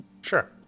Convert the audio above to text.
Sure